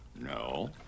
No